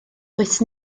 does